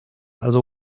also